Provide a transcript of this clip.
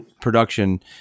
production